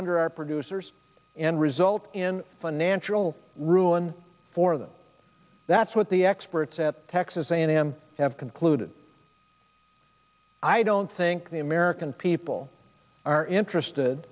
under our producers and result in financial ruin for them that's what the experts at texas a and m have concluded i don't think the american people are interested